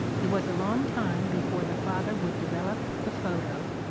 it was a long time be fore the father would develop the photo,